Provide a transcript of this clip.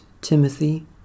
Timothy